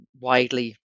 widely